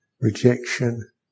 rejection